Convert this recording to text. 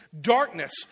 Darkness